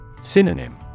Synonym